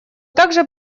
также